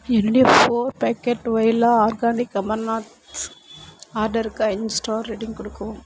என்னுடைய four packet voila organic amaranth ஆர்டருக்கு ஐந்து ஸ்டார் ரேட்டிங் கொடுக்கவும்